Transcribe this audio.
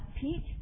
Pete